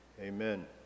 amen